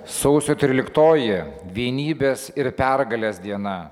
sausio tryliktoji vienybės ir pergalės diena